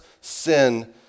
sin